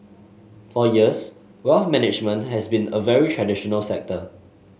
for years wealth management has been a very traditional sector